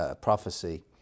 prophecy